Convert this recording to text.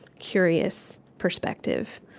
curious perspective.